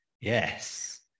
Yes